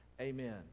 Amen